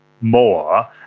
more